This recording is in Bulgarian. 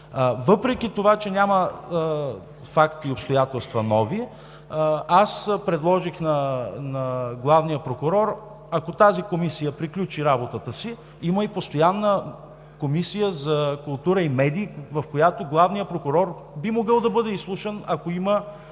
Въпреки това, че няма нови факти и обстоятелства, аз предложих на главния прокурор, ако тази комисия приключи работата си, има и Постоянна комисия за култура и медии, в която главният прокурор би могъл да бъде изслушан, ако има